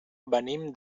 venim